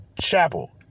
Chapel